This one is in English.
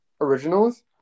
originals